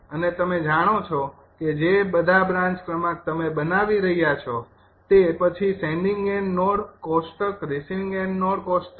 અને તમે જાણો છો કે જે બધા બ્રાન્ચ ક્રમાંક તમે બનાવી રહ્યા છો તે પછી સેંડિંગ એન્ડ નોડ કોષ્ટક રિસીવિંગ એન્ડ કોષ્ટક